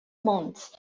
mons